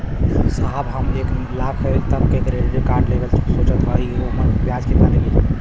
साहब हम एक लाख तक क क्रेडिट कार्ड लेवल सोचत हई ओमन ब्याज कितना लागि?